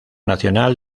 nacional